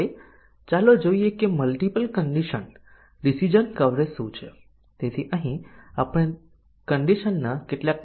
આને સાચા અને સાચા સાચા અને ખોટા ખોટા અને સાચા અને ખોટા અને ખોટા પર સુયોજિત કરે છે